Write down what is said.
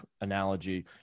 analogy